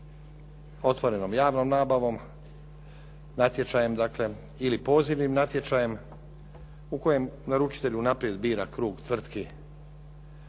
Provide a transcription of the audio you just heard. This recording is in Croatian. otvorenom javnom nabavom, natječajem dakle, ili pozivnim natječajem u kojem naručitelj unaprijed bira krug tvrtki